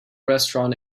restaurant